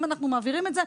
אם אנחנו מעבירים את זה,